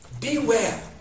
beware